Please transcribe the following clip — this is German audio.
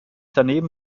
daneben